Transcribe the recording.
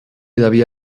devia